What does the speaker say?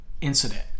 incident